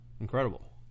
Incredible